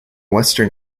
western